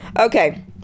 Okay